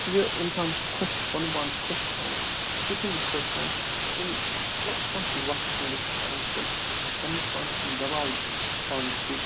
زِ اِنسان چھِ خۄش پَنُن پان چھِ خۄش تھاوُن سُہ کِتھ کَنہِ چھِ خۄش تھاوُن سُہ چھِ مطلب کانٛہہ تہِ وَتھ ژھانٛڈِتھ کَرُن خۄش پَنٛنِس پانَس چھِنہٕ دَباو پاونٕچ کوٗشِش